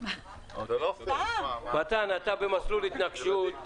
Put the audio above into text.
אני מחדש את